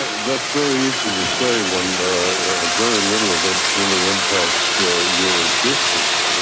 that's very easy to say when a very little of it really impacts your district.